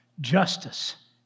justice